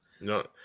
no